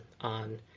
on